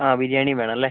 ആ ബിരിയാണിയും വേണമല്ലേ